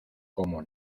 como